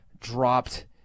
dropped